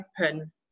open